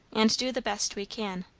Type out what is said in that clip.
and do the best we can.